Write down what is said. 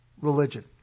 religion